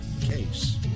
case